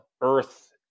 Earth